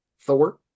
Thor